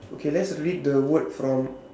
okay let's read the word from